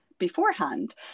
beforehand